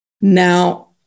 Now